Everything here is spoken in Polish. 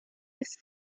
jest